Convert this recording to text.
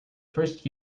first